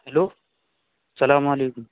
hello اسلام علیکم